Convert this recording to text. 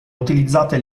utilizzate